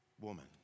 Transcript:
woman